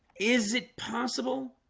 is it possible